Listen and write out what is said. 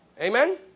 Amen